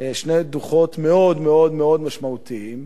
שני דוחות מאוד מאוד מאוד משמעותיים,